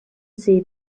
see